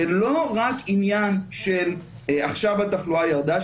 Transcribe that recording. זה לא רק עניין של עכשיו התחלואה ירדה,